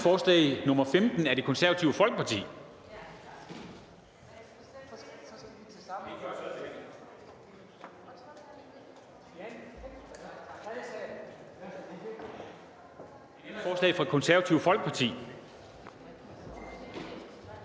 fra os i Det Konservative Folkeparti